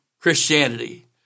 Christianity